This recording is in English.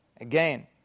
Again